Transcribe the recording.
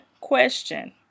question